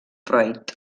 freud